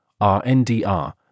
RNDR